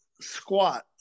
squat